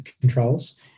controls